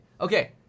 Okay